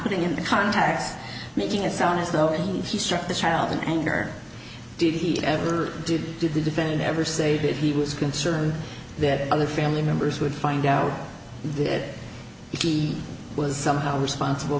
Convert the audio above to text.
putting in the context making it sound as though she struck the child in anger did he ever did did the defendant ever say that he was concerned that other family members would find out that he was somehow responsible